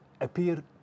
appear